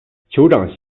酋长